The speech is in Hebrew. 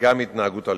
וגם התנהגות אלימה.